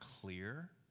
clear